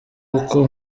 uko